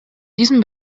diesem